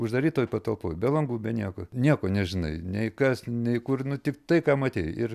uždarytoj patalpoj be langų be nieko nieko nežinai nei kas nei kur nu tik tai ką matei ir